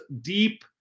deep